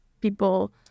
people